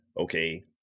okay